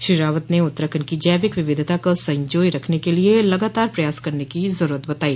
श्री रावत ने उत्तराखण्ड की जैविक विविधता को संजोए रखने के लिए लगातार प्रयास करने की जरूरत बताई